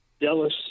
Dallas